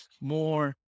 more